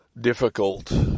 difficult